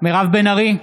מירב בן ארי,